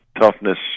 Toughness